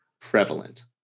prevalent